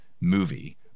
movie